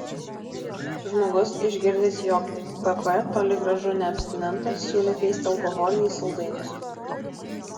žmogus išgirdęs jog pp toli gražu ne abstinentas siūlė keisti alkoholį į saldainius